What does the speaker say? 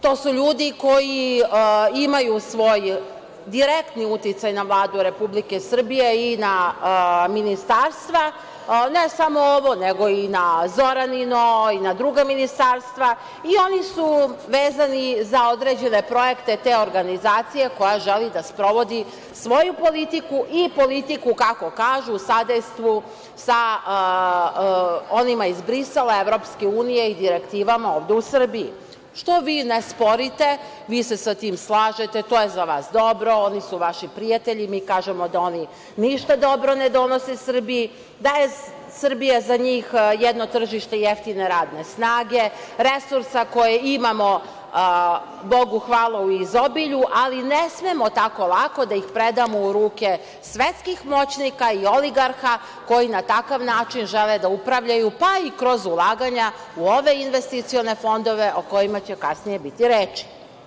To su ljudi koji imaju svoj direktni uticaj na Vladu Republike Srbije i na ministarstva, ne samo ovo, nego i na Zoranino i na druga ministarstva, i oni su vezani za određene projekte te organizacije koja želi da sprovodi svoju politiku i politiku, kako kažu, u sadejstvu sa onima iz Brisela, EU i direktivama ovde u Srbiji, što vi ne sporite, vi se sa tim slažete, to je za vas dobro, oni su vaši prijatelji, a mi kažemo da oni ništa dobro ne donose Srbiji, da je Srbija za njih jedno tržište jeftine radne snage, resursa koje imamo, bogu hvala, u izobilju, ali ne smemo tako lako da ih predamo u ruke svetskih moćnika i oligarha koji na takav način žele da upravljaju, pa i kroz ulaganja u ove investicione fondove o kojima će kasnije biti reči.